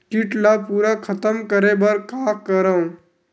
कीट ला पूरा खतम करे बर का करवं?